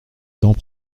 temps